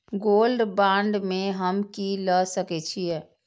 Gold bond में हम की ल सकै छियै?